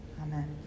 Amen